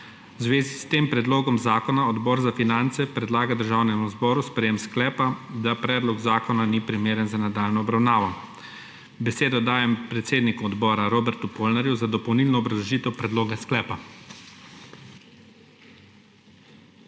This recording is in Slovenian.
V zvezi s tem predlogom zakona Odbor za finance predlaga Državnemu zboru sprejetje sklepa, da predlog zakona ni primeren za nadaljnjo obravnavo. Besedo dajem predsedniku odbora Robertu Polnarju za dopolnilno obrazložitev predloga sklepa.